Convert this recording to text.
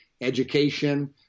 education